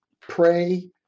pray